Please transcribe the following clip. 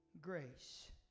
grace